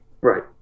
Right